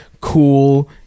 Cool